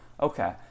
okay